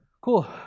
Cool